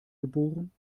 geboren